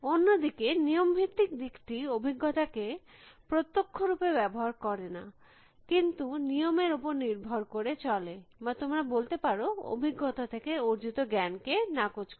অন্য দিকে নিয়ম ভিত্তিক দিকটি অভিজ্ঞতাকে প্রতক্ষ্য রূপে ব্যবহার করেনা কিন্তু নিয়মের উপর নির্ভর করে চলে বা তোমরা বলতে পারো অভিজ্ঞতা থেকে অর্জিত জ্ঞান কে নাকচ করে